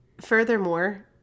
furthermore